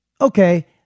okay